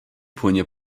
płynie